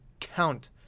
count